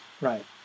right